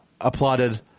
Applauded